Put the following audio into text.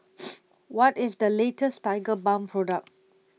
What IS The latest Tigerbalm Product